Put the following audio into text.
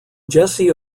jesse